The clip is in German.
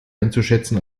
einzuschätzen